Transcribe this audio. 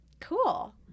Cool